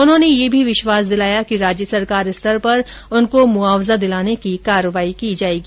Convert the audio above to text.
उन्होंने यह भी विश्वास दिलाया कि राज्य सरकार स्तर पर उनको मुआवजा दिलाने की कार्रवाई की जाएगी